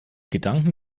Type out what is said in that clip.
gedanken